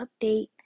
update